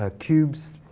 ah cubes,